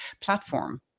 platform